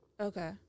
Okay